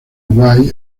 way